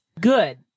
Good